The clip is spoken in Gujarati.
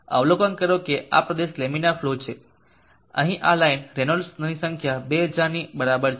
અવલોકન કરો કે આ પ્રદેશ લેમિનર ફ્લો પ્રદેશ છે અહીં આ લાઇન રેનોલ્ડ્સની સંખ્યા 2000 ની બરાબર છે